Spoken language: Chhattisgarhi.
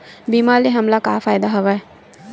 बीमा ले हमला का फ़ायदा हवय?